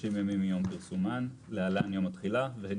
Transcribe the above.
30 ימים מיום פרסומן (להלן - יום התחילה) והן